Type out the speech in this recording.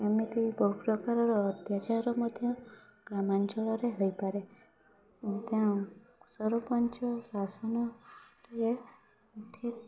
ଏମିତି ବହୁ ପ୍ରକାରର ଅତ୍ୟାଚାର ମଧ୍ୟ ଗ୍ରାମାଞ୍ଚଳରେ ହୋଇପାରେ ତେଣୁ ସରପଞ୍ଚ ଶାସନଟିଏ ଠିକ୍